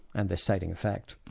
and they're stating a fact.